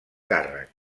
càrrec